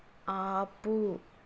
ఆపు